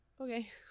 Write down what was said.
okay